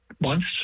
months